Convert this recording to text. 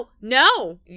no